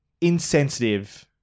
insensitive